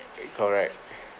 correct